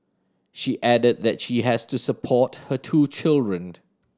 she added that she has to support her two children